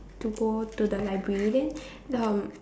to go to the library then the